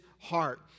heart